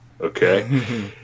Okay